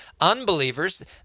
Unbelievers